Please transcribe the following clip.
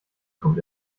kommt